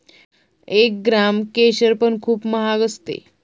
एक ग्राम केशर पण खूप महाग असते